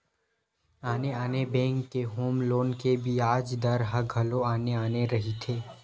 आने आने बेंक के होम लोन के बियाज दर ह घलो आने आने रहिथे